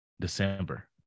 December